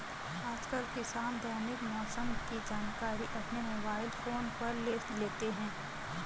आजकल किसान दैनिक मौसम की जानकारी अपने मोबाइल फोन पर ले लेते हैं